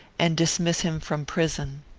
and dismiss him from prison.